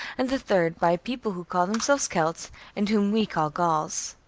and the third by a people who call themselves celts and whom we call gauls.